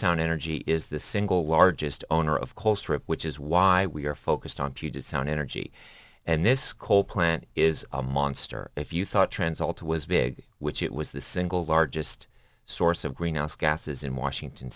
sound energy is the single largest owner of colstrip which is why we are focused on puget sound energy and this coal plant is a monster if you thought trans alter was big which it was the single largest source of greenhouse gases in washington